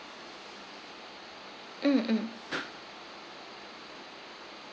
mm mm